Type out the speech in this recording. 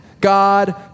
God